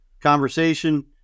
conversation